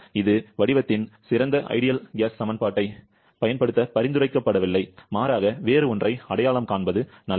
இது வடிவத்தின் சிறந்த வாயு சமன்பாட்டைப் பயன்படுத்த பரிந்துரைக்கப்படவில்லை மாறாக வேறு ஒன்றை அடையாளம் காண்பது நல்லது